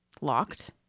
locked